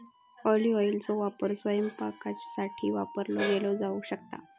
olive ऑइलचो वापर स्वयंपाकासाठी वापर केलो जाऊ शकता